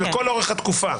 לכל אורך התקופה.